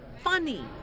funny